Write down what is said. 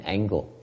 Angle